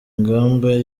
ingamba